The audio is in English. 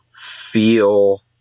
feel